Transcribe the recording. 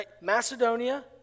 Macedonia